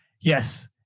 Yes